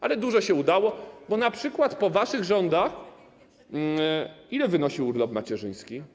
Ale dużo się udało, bo np. po waszych rządach ile wynosił urlop macierzyński?